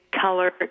color